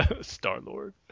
Star-Lord